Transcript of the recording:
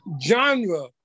genre